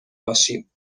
باشیم